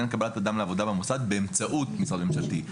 קבלת אדם לעבודה במוסד באמצעות משרד ממשלתי.